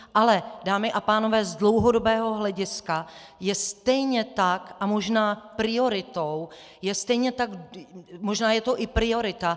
Ale dámy a pánové, z dlouhodobého hlediska je stejně tak a možná prioritou, je stejně tak možná je to i priorita.